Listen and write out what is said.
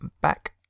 back